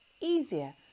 easier